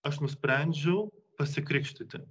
aš nusprendžiau pasikrikštyti